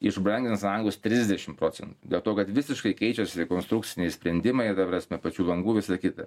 išbrangins langus trisdešim procentų dėl to kad visiškai keičiasi konstrukciniai sprendimai ta prasme pačių langų visa kita